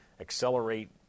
accelerate